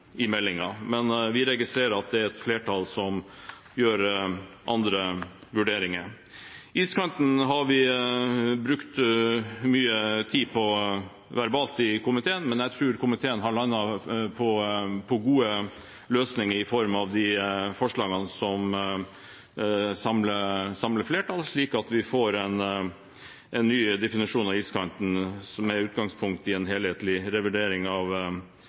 Men vi registrerer at det er et flertall som gjør andre vurderinger. Iskanten har vi brukt mye tid på verbalt i komiteen, men jeg tror komiteen har landet på gode løsninger i form av de forslagene som samler flertallet, slik at vi får en ny definisjon av iskanten med utgangspunkt i en helhetlig revidering av